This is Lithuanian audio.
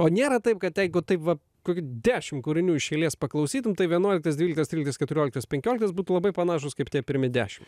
o nėra taip kad jeigu taip va kokį dešim kūrinių iš eilės paklausytum tai vienuoliktas dvyliktas tryliktas keturioliktas penkioliktas būtų labai panašūs kaip tie pirmi dešim